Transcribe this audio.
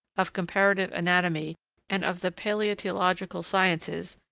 of comparative anatomy and of the palaetiological sciences,